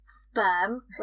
sperm